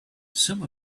some